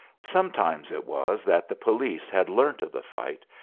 sometimes it was that the police had learnt of the fight,